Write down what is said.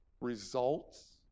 results